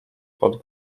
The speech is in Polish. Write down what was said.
pod